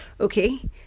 okay